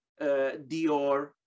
Dior